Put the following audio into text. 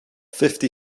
fifty